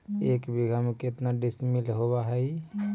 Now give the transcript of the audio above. एक बीघा में केतना डिसिमिल होव हइ?